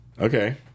Okay